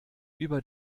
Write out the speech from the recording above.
über